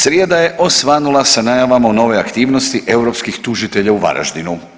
Srijeda je osvanula sa najavama o novoj aktivnosti europskih tužitelja u Varaždinu.